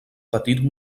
petit